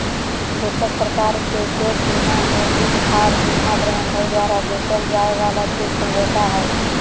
दोसर प्रकार के गैप बीमा मे वित्त आर बीमा प्रबंधक द्वारा बेचल जाय वाला छूट समझौता हय